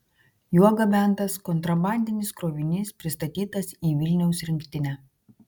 juo gabentas kontrabandinis krovinys pristatytas į vilniaus rinktinę